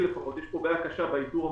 יש פה בעיה קשה באיתור המוקדם.